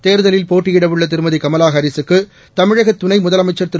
தேர்தலில் போட்டியிடவுள்ளதிருமதிகமலாஹாரிஸ் க்குதமிழகதுணைமுதலமைச்சர் திரு